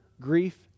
grief